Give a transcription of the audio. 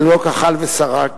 ללא כחל ושרק,